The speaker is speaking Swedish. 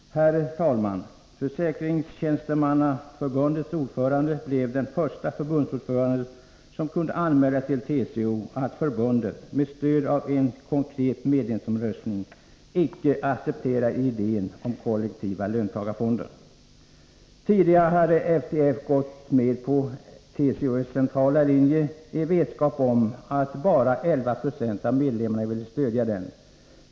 Herr talman! Försäkringstjänstemannaförbundets ordförande blev den förste förbundsordförande som kunde anmäla till TCO att förbundet, med stöd av en konkret medlemsomröstning, icke accepterade idén om kollektiva löntagarfonder. Tidigare hade FTF gått med på TCO:s centrala linje, i ovetskap om att bara 11 26 av medlemmarna ville stödja den.